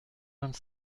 vingt